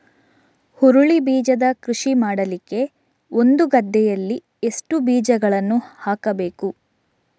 ಹುರುಳಿ ಬೀಜದ ಕೃಷಿ ಮಾಡಲಿಕ್ಕೆ ಒಂದು ಗದ್ದೆಯಲ್ಲಿ ಎಷ್ಟು ಬೀಜಗಳನ್ನು ಹಾಕಬೇಕು?